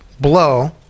blow